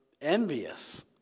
envious